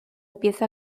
pieza